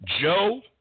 Joe